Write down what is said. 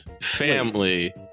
family